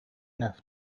enough